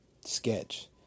sketch